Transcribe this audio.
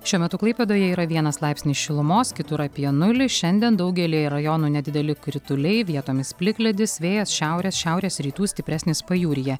šiuo metu klaipėdoje yra vienas laipsnis šilumos kitur apie nulį šiandien daugelyje rajonų nedideli krituliai vietomis plikledis vėjas šiaurės šiaurės rytų stipresnis pajūryje